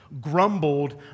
grumbled